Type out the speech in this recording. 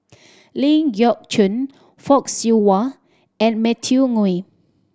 Ling Geok Choon Fock Siew Wah and Matthew Ngui